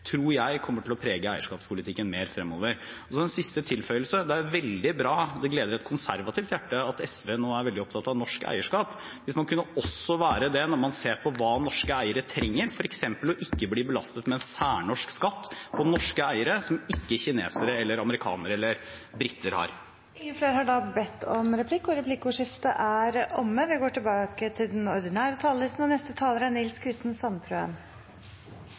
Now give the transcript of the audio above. tror jeg kommer til å prege eierskapspolitikken mer fremover. En siste tilføyelse: Det er veldig bra, og det gleder et konservativt hjerte, at SV nå er veldig opptatt av norsk eierskap. Det hadde vært fint hvis man kunne være det også når man ser på hva norske eiere trenger, f.eks. ikke å bli belastet med en særnorsk skatt for norske eiere som ikke kinesere, amerikanere eller briter har. Replikkordskiftet er omme. De talere som heretter får ordet, har en taletid på inntil 3 minutter Dette er en gladsak, og det er utrolig morsomt at vi kan få til